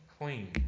clean